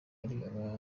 ari